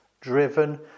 driven